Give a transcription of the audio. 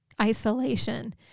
isolation